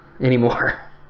anymore